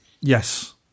Yes